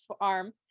arm